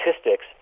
statistics